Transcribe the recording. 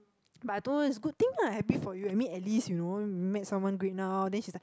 but I told her is good thing lah happy for you I mean at least you know you met someone great now then she's like